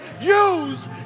Use